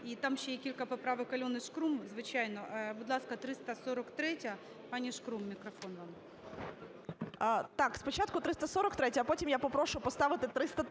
І там ще є кілька поправокАльони Шкрум, звичайно. Будь ласка, 343-я. ПаніШкрум, мікрофон вам. 10:18:32 ШКРУМ А.І. Так, спочатку 343-я, а потім я попрошу поставити 333-ю.